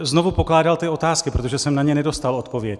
Znovu bych pokládal ty otázky, protože jsem na ně nedostal odpověď.